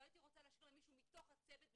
לא הייתי רוצה להשאיר למישהו מתוך הצוות,